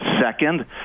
second